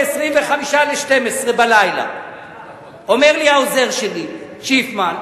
ב-23:35 אומר לי העוזר שלי שיפמן,